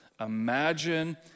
imagine